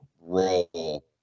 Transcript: role